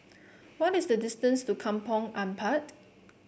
what is the distance to Kampong Ampat